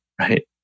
right